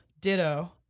Ditto